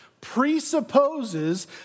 presupposes